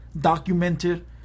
documented